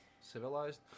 Civilized